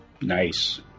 nice